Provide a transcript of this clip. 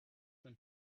than